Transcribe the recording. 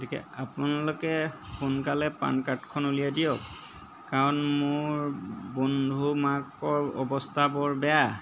গতিকে আপোনালোকে সোনকালে পান কাৰ্ডখন উলিয়াই দিয়ক কাৰণ মোৰ বন্ধু মাকৰ অৱস্থা বৰ বেয়া